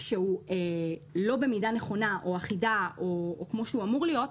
שהוא לא במידה נכונה או אחידה או כמו שהוא אמור להיות,